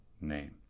name